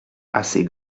assez